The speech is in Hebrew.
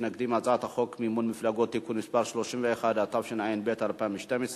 חוק מימון מפלגות (תיקון מס' 31), התשע"ב 2012,